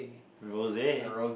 rosy